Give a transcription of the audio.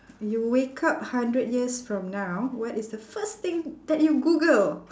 you wake up hundred years from now what is the first thing that you google